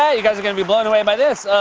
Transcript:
yeah you guys are gonna be blown away by this.